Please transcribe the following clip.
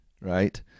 right